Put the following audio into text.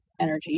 energy